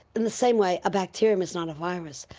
in the same way, a bacterium is not a virus.